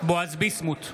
בועז ביסמוט,